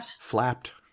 flapped